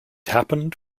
happened